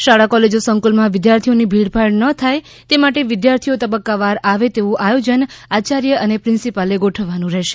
શાળા કોલેજો સંકુલમાં વિદ્યાર્થીઓની ભીડભાડ ન થાય તે માટે વિદ્યાર્થીઓ તબકકાવાર આવે તેવુ આયોજન આયાર્ય અને પ્રિન્સીપાલે ગોઠવવાનુ રહેશે